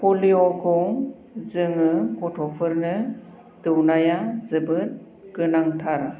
पलिय'खौ जोङो गथ'फोरनो दौनाया जोबोद गोनांथार